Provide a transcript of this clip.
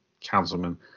councilman